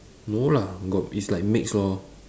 no lah got it's like mixed lor